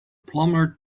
plumber